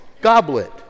goblet